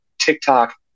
TikTok